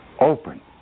open